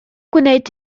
gwneud